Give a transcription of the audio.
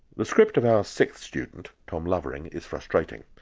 the script of our sixth student tom lovering is frustrating.